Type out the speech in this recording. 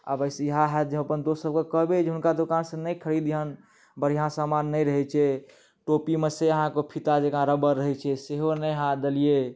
आब एहिसँ इएह होयत जे हम अपन दोस्त सभके कहबै जे हुनका दोकान से नहि खरिदहैं बढ़िऑं सामान नहि रहै छै टोपीमे से अहाँके फित्ता जेकाँ रबड़ रहै छै सेहो नै अहाँ देलिये